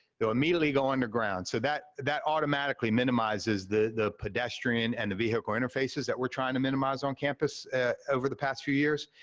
they'll immediately go underground. so that that automatically minimizes the pedestrian and the vehicle interfaces that we're trying to minimize on campus over the past few years.